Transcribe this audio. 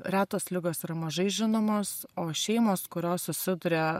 retos ligos yra mažai žinomos o šeimos kurios susiduria